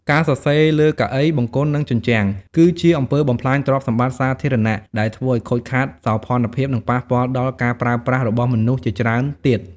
ការសរសេរលើកៅអី បង្គន់ និងជញ្ជាំង គឺជាអំពើបំផ្លាញទ្រព្យសម្បត្តិសាធារណៈ ដែលធ្វើឲ្យខូចខាតសោភ័ណភាព និងប៉ះពាល់ដល់ការប្រើប្រាស់របស់មនុស្សជាច្រើនទៀត។